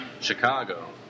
Chicago